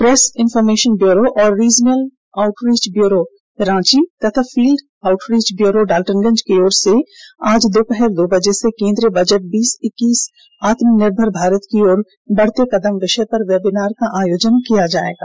press information bureau और regional outreach bureau Ranchi तथा field outreach bureau Daltonganj की ओर से आज दोपहर दो बजे से केंद्रीय बजट बीस इक्कीस आत्मनिर्भर की ओर बढ़ते कदम विषय पर वेबिनार का आयोजन किया जाएगा